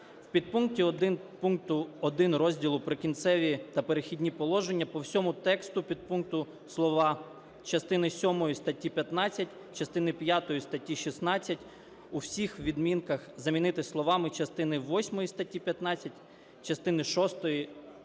1 пункту 1 розділу "Прикінцеві та перехідні положення" по всьому тексту підпункту слова "частини сьомої статті 15, частини п'ятої статті 16" у всіх відмінках замінити словами "частини восьмої статті 15, частини шостої статті 16"